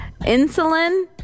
Insulin